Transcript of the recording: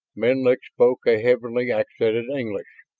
menlik spoke a heavily accented english.